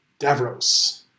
Davros